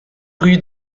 rue